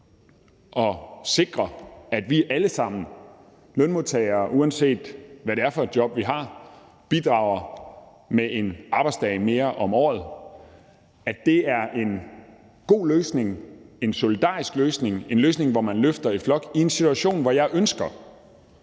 at sikre, at vi alle sammen – lønmodtagere, uanset hvad for et job vi har – bidrager med en arbejdsdag mere om året, er en god løsning, en solidarisk løsning og en løsning, hvor man løfter i flok, i en situation, hvor jeg ønsker,